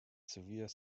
severe